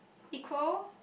equal